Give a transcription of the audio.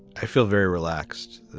i feel very relaxed